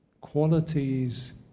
qualities